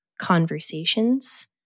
conversations